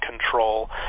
control